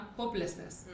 hopelessness